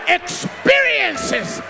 experiences